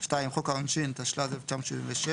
חוק העונשין, התשל"ז-1977